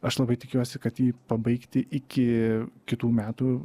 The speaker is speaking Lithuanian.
aš labai tikiuosi kad jį pabaigti iki kitų metų